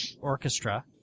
Orchestra